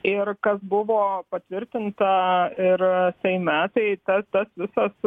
ir kas buvo patvirtinta ir seime tai tas tas visas